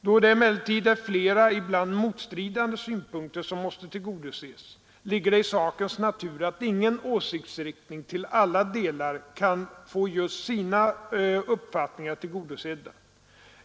Då det emellertid är flera, ibland motstridande synpunkter som måste tillgodoses, ligger det i sakens natur att ingen åsiktsinriktning till alla delar kan få just sina uppfattningar tillgodosedda.